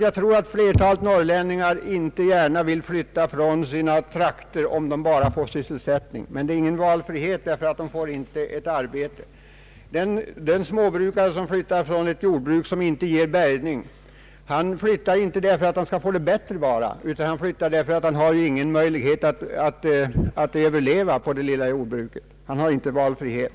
Jag tror att flertalet norrlänningar inte gärna vill flytta från sina trakter, om de bara får sysselsättning. Men de har ingen valfrihet, eftersom de inte får något arbete. Den småbrukare som flyttar från ett jordbruk, vilket inte ger bärgning, flyttar inte därför att han skall få det bättre, utan han flyttar därför att han inte har någon möjlighet att överleva på det lilla jordbruket. Han har inte valfrihet.